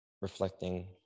reflecting